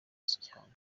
cyane